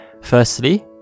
Firstly